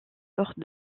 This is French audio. sorte